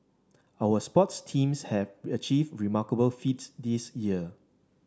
our sports teams have achieved remarkable feats this year